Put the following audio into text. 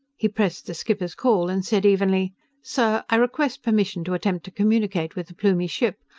he pressed the skipper's call and said evenly sir, i request permission to attempt to communicate with the plumie ship.